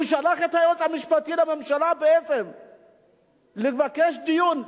הוא שלח את היועץ המשפטי לממשלה לבקש דיון.